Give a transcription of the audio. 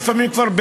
לפעמים כבר,